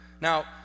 Now